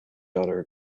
other